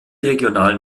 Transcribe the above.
regionalen